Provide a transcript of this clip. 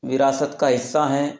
विरासत का हिस्सा है